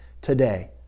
today